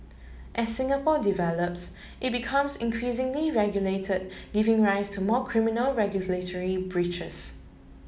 as Singapore develops it becomes increasingly regulated giving rise to more criminal regulatory breaches